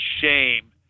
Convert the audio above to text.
shame